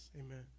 Amen